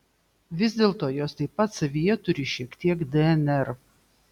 vis dėlto jos taip pat savyje turi šiek tiek dnr